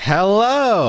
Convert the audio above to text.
Hello